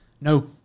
no